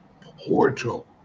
portal